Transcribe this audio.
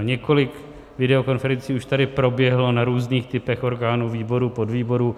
Několik videokonferencí už tady proběhlo na různých typech orgánů, výborů, podvýborů.